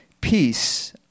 peace